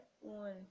one